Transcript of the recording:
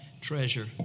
treasure